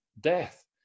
death